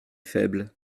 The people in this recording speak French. faible